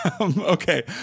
Okay